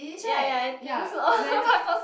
is right ya then